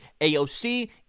AOC